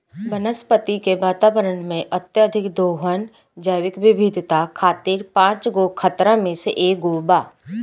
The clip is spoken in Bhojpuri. वनस्पति के वातावरण में, अत्यधिक दोहन जैविक विविधता खातिर पांच गो खतरा में से एगो बा